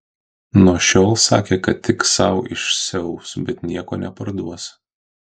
nuo šiol sakė kad tik sau išsiaus bet nieko neparduos